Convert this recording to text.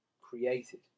created